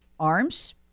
Arms